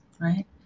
right